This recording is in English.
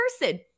person